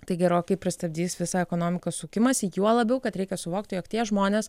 tai gerokai pristabdys visą ekonomikos sukimąsi juo labiau kad reikia suvokti jog tie žmonės